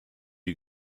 you